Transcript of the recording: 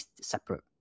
separate